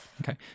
Okay